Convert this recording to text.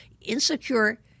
insecure